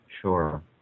Sure